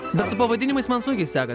bet su pavadinimais man sunkiai sekas